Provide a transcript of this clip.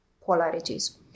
polarities